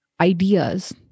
ideas